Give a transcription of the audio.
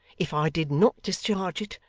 if i did not discharge it,